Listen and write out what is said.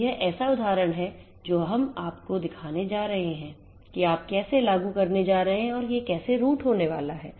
तो यह ऐसा उदाहरण है जो अब हम आपको दिखाने जा रहे हैं कि आप कैसे लागू करने जा रहे हैं और यह कैसे रूट होने वाला है